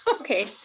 Okay